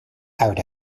out